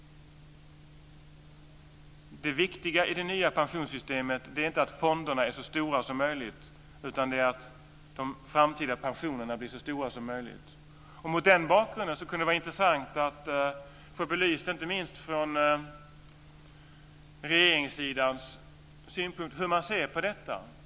Det viktiga i det nya pensionssystemet är inte att fonderna är så stora som möjligt utan att de framtida pensionerna kan bli så stora som möjligt. Mot den bakgrunden kan det vara intressant att få belyst inte minst regeringssidans synpunkter och hur man ser på detta.